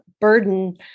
burden